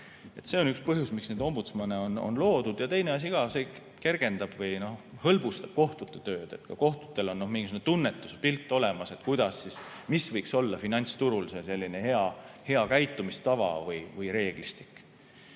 See on üks põhjus, miks neid ombudsmani ametikohti on loodud. Ja teine asi ka: see kergendab või hõlbustab kohtute tööd, ka kohtutel on mingisugune tunnetuspilt olemas, mis võiks olla finantsturul see selline hea käitumistava või reeglistik.